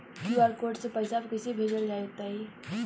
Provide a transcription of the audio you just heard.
QR code से पईसा कईसे भेजब बताई?